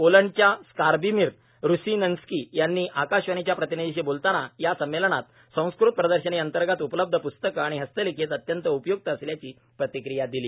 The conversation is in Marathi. पोलंडच्या स्कार्बिमिर रूसिन्सकी यांनी आकाशवाणीच्या प्रतिनिधीशी बोलताना या संमेलनात संस्कृत प्रदर्शनी अंतर्गत उपलब्ध प्स्तक आणि हस्तलिखित अत्यंत उपयुक्त असल्याची प्रतिक्रिया दिली